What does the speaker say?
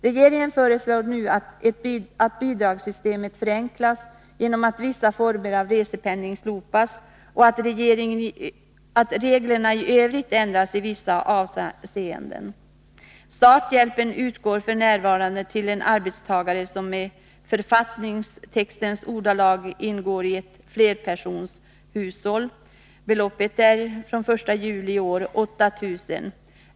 Regeringen föreslår nu att bidragsystemet förenklas genom att vissa former av respenning slopas och att reglerna i övrigt ändras i vissa avseenden. Starthjälpen utgår f. n. med 6 000 kr. till en arbetstagare som, med författningstextens ordalag, ingår i ett flerpersonshushåll. fr.o.m. den 1 juli är beloppet 8 000 kr.